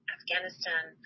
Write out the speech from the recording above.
Afghanistan